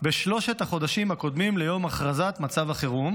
בשלושת החודשים הקודמים ליום הכרזה על מצב החירום